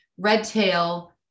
Redtail